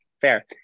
fair